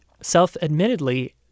self-admittedly